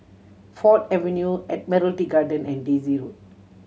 Ford Avenue Admiralty Garden and Daisy Road